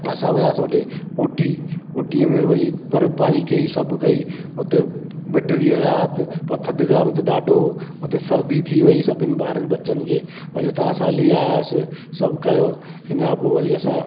असां वियासीं ओॾे ऊटी ऊटीअ में वरी बरफ़बारी कई सभु कई उते ॿ टे ॾींहं रहिया पर थदकार उते ॾाढो उते सर्दी थी वई सभिनि ॿार बच्चनि खे वरी त असां हली आयासीं सभु कयो हुन खां पोइ वरी असां